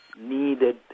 needed